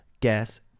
Guess